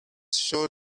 showed